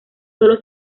sólo